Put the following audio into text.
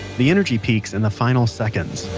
the energy peaks in the final seconds